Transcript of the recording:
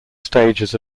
stages